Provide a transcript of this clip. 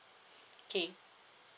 okay